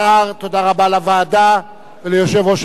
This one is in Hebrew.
תודה רבה לוועדה וליושב-ראש הוועדה,